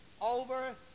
over